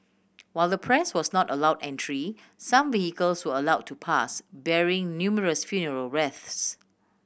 while the press was not allowed entry some vehicles were allowed to pass bearing numerous funeral wreaths